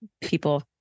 people